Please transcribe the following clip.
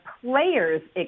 Players